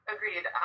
Agreed